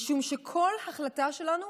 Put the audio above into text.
משום שבכל החלטה שלנו